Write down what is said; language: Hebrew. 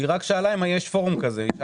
היא רק שאלה אם יש פורום כזה.